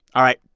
all right.